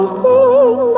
sing